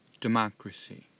democracy